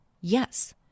Yes